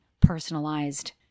personalized